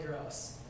gross